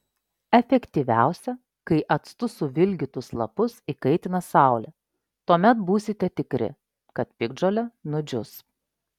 efektyviausia kai actu suvilgytus lapus įkaitina saulė tuomet būsite tikri kad piktžolė nudžius